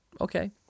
Okay